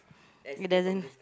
it doesn't